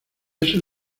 eso